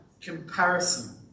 comparison